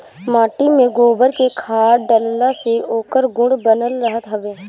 माटी में गोबर के खाद डालला से ओकर गुण बनल रहत हवे